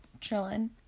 chilling